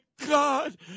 God